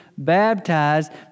baptized